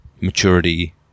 maturity